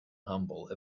humble